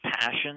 passion